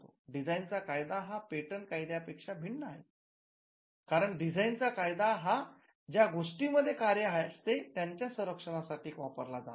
design चा कायदा हा पेटंट च्या कायद्या पेक्षा भिन्न असतो कारण डिझाईन चा कायदा हा ज्या गोष्टी मध्ये कार्य असते त्यांच्या संरक्षणा साठी वापरला जात नाही